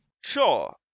Sure